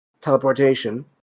teleportation